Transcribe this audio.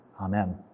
Amen